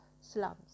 slums